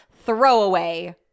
Throwaway